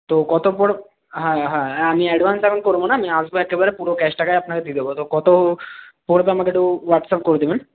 তো কত হ্যাঁ হ্যাঁ আমি অ্যাডভান্স এখন করব না আমি আসবো একেবারে পুরো ক্যাশ টাকাই আপনাকে দিয়ে দেব তো কত পড়বে আমাকে একটু হোয়াটসঅ্যাপ করে দেবেন